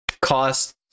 cost